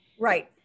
Right